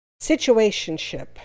Situationship